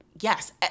yes